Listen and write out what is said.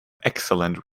excellent